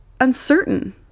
uncertain